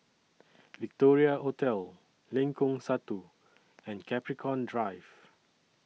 Victoria Hotel Lengkong Satu and Capricorn Drive